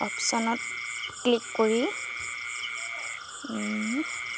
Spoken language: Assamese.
অপশ্বনত ক্লিক কৰি